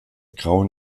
grauen